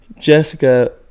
Jessica